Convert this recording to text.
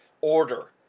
order